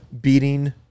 beating